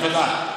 תודה.